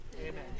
amen